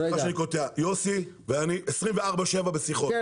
יוסי ואני 24/7 בשיחות,